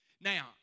Now